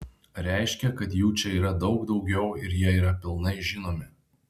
reiškia kad jų čia yra daug daugiau ir jie yra pilnai žinomi